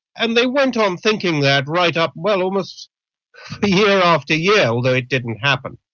and they went on thinking that right up, well, almost year after year, although it didn't happen.